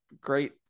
great